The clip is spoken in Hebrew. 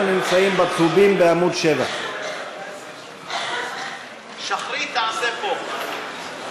אנחנו נמצאים בצהובים בעמוד 7. שחרית תתפלל פה.